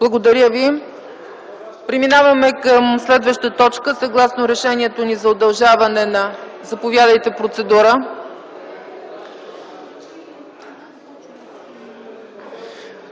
Благодаря ви. Преминаваме към следващата точка съгласно решението ни за удължаване на работното време: